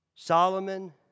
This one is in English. Solomon